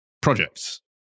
projects